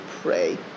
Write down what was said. pray